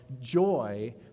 joy